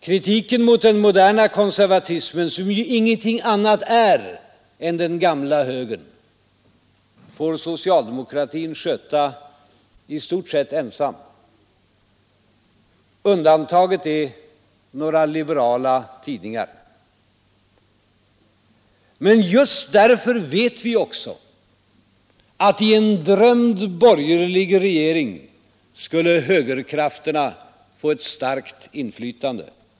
Kritiken mot den moderna konservatismen, som ju ingenting annat är än den gamla högern, får socialdemokratin sköta i stort sett ensam. Undantaget är några liberala tidningar. Men just därför vet vi också att i en drömd borgerlig regering skulle högerkrafterna få ett starkt inflytande.